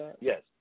Yes